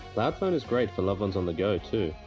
cloudphone is great for loved ones on the go, too.